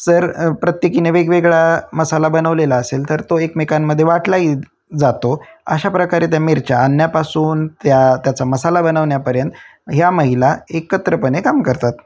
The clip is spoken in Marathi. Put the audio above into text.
सर प्रत्येकीने वेगवेगळा मसाला बनवलेला असेल तर तो एकमेकांमध्ये वाटलाही जातो अशा प्रकारे त्या मिरच्या आणण्यापासून त्या त्याचा मसाला बनवण्यापर्यंत ह्या महिला एकत्रपणे काम करतात